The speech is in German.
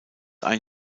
ein